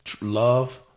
love